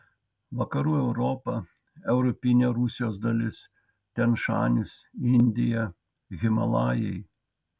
vakarų europa europinė rusijos dalis tian šanis indija himalajai